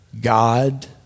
God